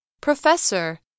Professor